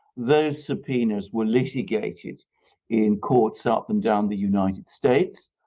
those subpoenas were litigated in courts up and down the united states.